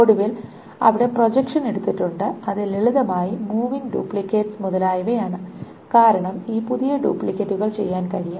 ഒടുവിൽ അവിടെ പ്രൊജക്ഷൻ എടുത്തിട്ടുണ്ട് അത് ലളിതമായി മൂവിങ് ഡ്യൂപ്ലിക്കേറ്റ്സ് മുതലായവയാണ് കാരണം ഈ പുതിയ ഡ്യൂപ്ലിക്കേറ്റുകൾ ചെയ്യാൻ കഴിയും